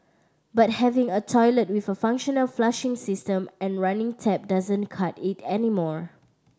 but having a toilet with a functional flushing system and running tap doesn't cut it anymore